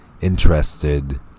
interested